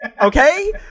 Okay